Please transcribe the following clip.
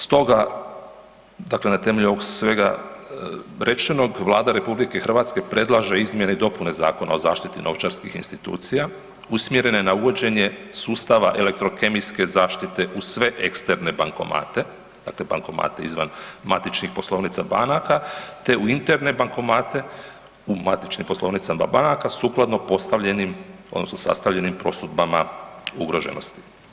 Stoga dakle na temelju ovog svega rečenog Vlada RH predlaže izmjene i dopune Zakona o zaštiti novčarskih institucija usmjerene na uvođenje sustava elektrokemijske zaštite u sve eksterne bankomate, dakle bankomate izvan matičnih poslovnica banaka te u interne bankomate u matičnim poslovnicama banaka sukladno postavljenim odnosno sastavljenim prosudbama ugroženosti.